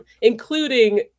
including